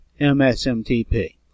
MSMTP